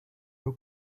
who